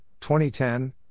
2010